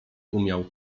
umiał